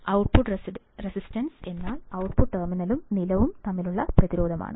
output resistance എന്നാൽ output ടെർമിനലും നിലവും തമ്മിലുള്ള പ്രതിരോധമാണ്